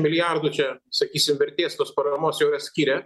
milijardų čia sakysim vertės tos paramos jau yra skyrę